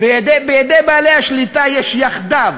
ובידי בעלי השליטה יש יחדיו